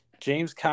James